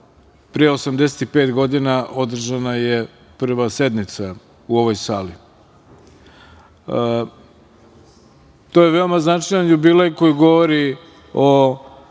pre 85 godina održana je prva sednica u ovoj sali. To je veoma značajan jubilej koji govori o